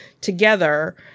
together